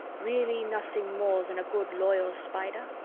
really nothing more than a good loyal spider?